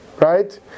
right